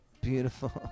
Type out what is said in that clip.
beautiful